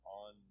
on